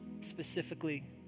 specifically